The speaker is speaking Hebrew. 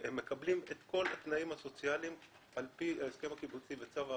הם מקבלים את כל התנאים הסוציאליים על פי ההסכם הקיבוצי וצו ההרחבה,